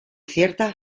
cierta